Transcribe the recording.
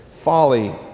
folly